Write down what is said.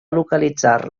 localitzar